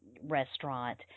restaurant